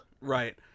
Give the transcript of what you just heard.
Right